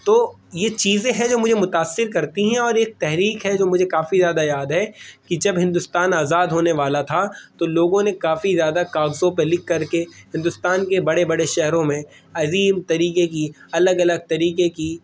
تو یہ چیزیں ہیں جو مجھے متاثر کرتی ہیں اور ایک تحریک ہے جو مجھے کافی زیادہ یاد ہے کہ جب ہندوستان آزاد ہونے والا تھا تو لوگوں نے کافی زیادہ کاغذوں پہ لکھ کر کے ہندوستان کے بڑے بڑے شہروں میں عظیم طریقے کی الگ الگ طریقے کی